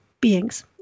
beings